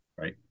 Right